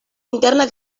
interna